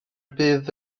bydd